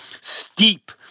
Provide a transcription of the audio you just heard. steep